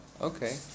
Okay